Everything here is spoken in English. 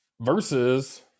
versus